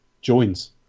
joins